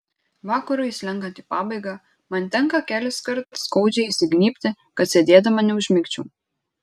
vakarui slenkant į pabaigą man tenka keliskart skaudžiai įsignybti kad sėdėdama neužmigčiau